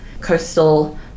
coastal